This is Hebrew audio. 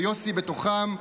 ויוסי בתוכם,